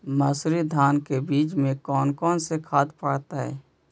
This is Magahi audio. मंसूरी धान के बीज में कौन कौन से खाद पड़तै?